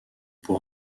pour